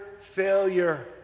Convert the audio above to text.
failure